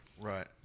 Right